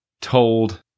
told